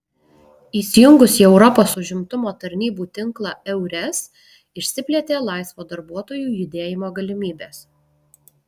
įsijungus į europos užimtumo tarnybų tinklą eures išsiplėtė laisvo darbuotojų judėjimo galimybės